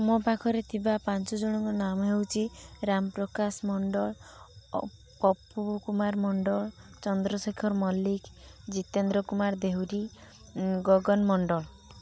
ମୋ ପାଖରେ ଥିବା ପାଞ୍ଚ ଜଣଙ୍କ ନାମ ହେଉଛି ରାମ ପ୍ରକାଶ ମଣ୍ଡଳ କପୁ କୁମାର ମଣ୍ଡଳ ଚନ୍ଦ୍ରଶେଖର ମଲ୍ଲିକ ଜିତେନ୍ଦ୍ର କୁମାର ଦେହୁରୀ ଗଗନ ମଣ୍ଡଳ